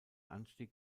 anstieg